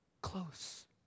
Close